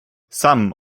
some